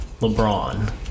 LeBron